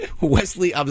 Wesley